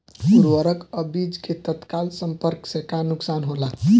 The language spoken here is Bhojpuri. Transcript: उर्वरक अ बीज के तत्काल संपर्क से का नुकसान होला?